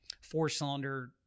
four-cylinder